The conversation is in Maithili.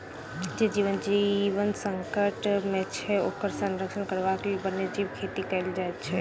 जे जीवक जीवन संकट मे छै, ओकर संरक्षण करबाक लेल वन्य जीव खेती कयल जाइत छै